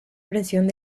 presión